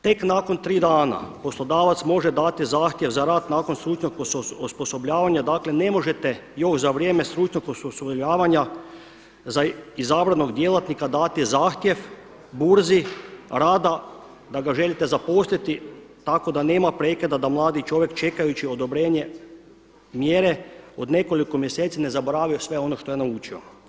Tek nakon tri dana poslodavac može dati zahtjev za rad nakon stručnog osposobljavanja, dakle ne možete još za vrijeme stručnog osposobljavanja za izabranog djelatnika dati zahtjev burzi rada da ga želite zaposliti tako da nema prekida da mladi čovjek čekajući odobrenje mjere od nekoliko mjeseci ne zaboravi sve ono što je naučio.